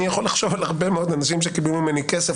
אני יכול לחשוב על הרבה מאוד אנשים שקיבלו ממני כסף